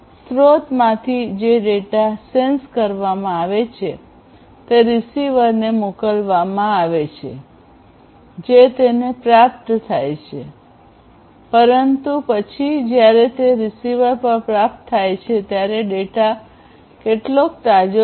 સ્રોતમાંથી જે data sense કરવામાં આવે છે તે રીસીવરને મોકલવામાં આવે છે જે તેને પ્રાપ્ત થાય છે પરંતુ પછી જ્યારે તે રીસીવર પર પ્રાપ્ત થાય છે ત્યારે તે ડેટા કેટલો તાજો છે